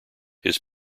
his